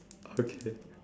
okay